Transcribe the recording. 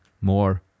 more